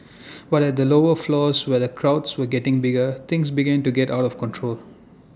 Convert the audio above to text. but at the lower floors where the crowds were getting bigger things began to get out of control